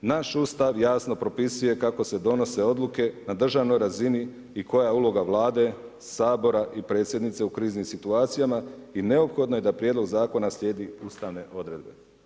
Naš Ustav jasno propisuje kako se donose odluke na državnoj razini i koja je uloga Vlade, Sabora i predsjednice u kriznim situacijama i neophodno je da prijedlog zakona slijedi ustavne odredbe.